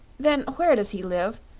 then where does he live?